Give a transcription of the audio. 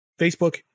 Facebook